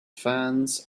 fans